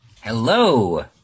Hello